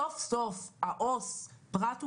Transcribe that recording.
סוף סוף, העו"ס פרט ומשפחה,